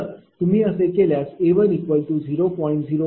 तर तुम्ही असे केल्यास A10